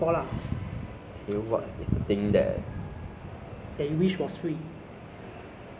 five four hundred dollars five hundred dollars but the quality is so so only lah by so-so it means like